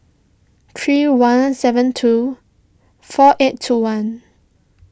three one seven two four eight two one